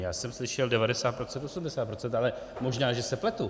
Já jsem slyšel 90 %, 80 %, ale možná se pletu.